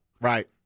right